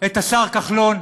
את השר כחלון: